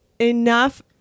enough